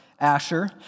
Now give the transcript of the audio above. Asher